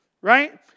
right